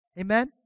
Amen